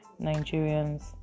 Nigerians